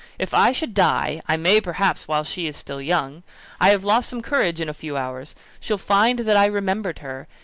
if i should die i may perhaps while she is still young i have lost some courage in a few hours she'll find that i remembered her,